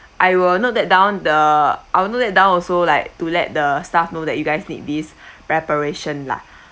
I will note that down the I will note that down also like to let the staff know that you guys need these preparation lah